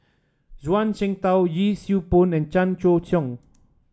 Zhuang Shengtao Yee Siew Pun and Chan Choy Siong